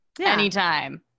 Anytime